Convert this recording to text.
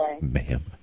Ma'am